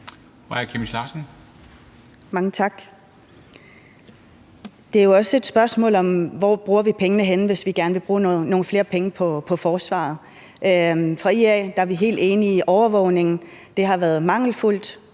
Mange tak. Det er jo også et spørgsmål om, hvor vi vil bruge pengene, hvis vi gerne vil bruge nogle flere penge på forsvaret. Fra IA's side er vi helt enige i, at overvågningen har været mangelfuld,